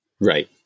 Right